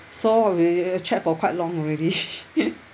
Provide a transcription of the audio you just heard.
so will check for quite long already